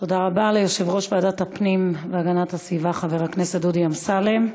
תודה רבה ליושב-ראש ועדת הפנים והגנת הסביבה חבר הכנסת דודי אמסלם.